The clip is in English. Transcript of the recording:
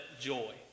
joy